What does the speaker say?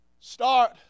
start